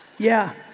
yeah,